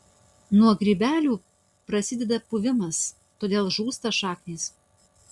nuo grybelių prasideda puvimas todėl žūsta šaknys